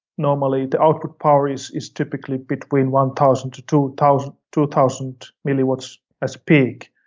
normally, the output power is is typically between one thousand to two thousand two thousand milli watts as big,